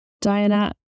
Diana